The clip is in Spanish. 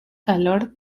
calor